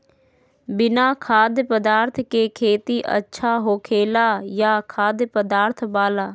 बिना खाद्य पदार्थ के खेती अच्छा होखेला या खाद्य पदार्थ वाला?